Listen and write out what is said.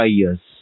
years